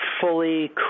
fully